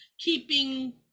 keeping